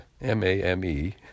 M-A-M-E